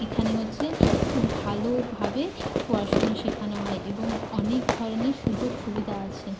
এখানে হচ্ছে খুব ভালোভাবে পড়াশুনো শেখানো হয় এবং অনেক ধরনের সুযোগ সুবিধা আছে